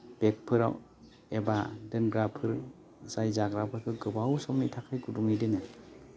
बेगफोराव एबा दोनग्राफोर जाय जाग्राफोरखौ गोबाव समनि थाखाय गुदुङै दोनो